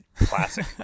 Classic